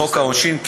לחוק העונשין,